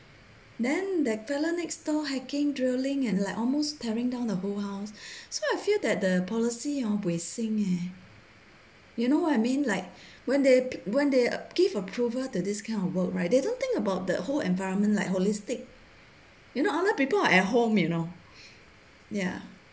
then that fella next door hacking drilling and like almost tearing down the whole house so I feel that the policy hor buay sync eh you know I mean like when they when they gave approval to this kind of work right they don't think about the whole environment like holistic you know other people are at home you know ya